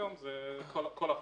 נכון.